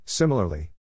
Similarly